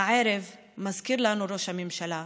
הערב, מזכיר לנו ראש הממשלה,